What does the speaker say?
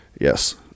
Yes